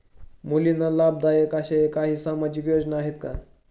मुलींना लाभदायक अशा काही सामाजिक योजना आहेत का?